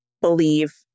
believe